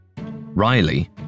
Riley